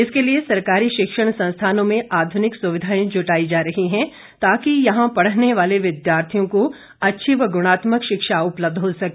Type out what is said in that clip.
इसके लिए सरकारी शिक्षण संस्थानों में आधुनिक सुविधाएं जुटाई जा रही है ताकि यहां पढ़ने वाले विद्यार्थियों को अच्छी व गुणात्मक शिक्षा उपलब्ध हो सके